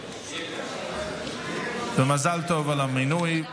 תודה רבה.